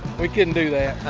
we couldn't do that.